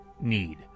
need